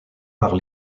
par